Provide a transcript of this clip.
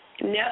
no